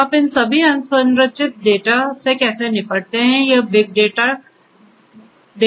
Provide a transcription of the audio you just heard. तो आप इन सभी असंरचित डेटा से कैसे निपटते हैं यह बिग डाटा डेटा चिंताएं हैं